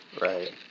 Right